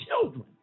children